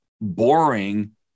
boring